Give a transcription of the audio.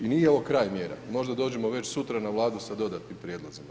I nije ovo kraj mjera, možda dođemo već sutra na Vladu sa dodatnim prijedlozima.